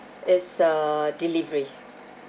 it's a delivery